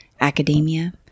academia